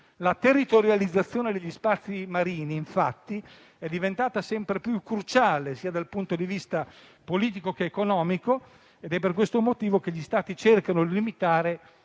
La territorializzazione degli spazi marini, infatti, è diventata sempre più cruciale, dal punto di vista sia politico che economico, ed è per questo motivo che gli Stati cercano di limitare